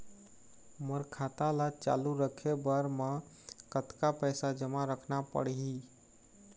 मोर खाता ला चालू रखे बर म कतका पैसा जमा रखना पड़ही?